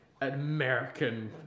American